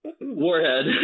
warhead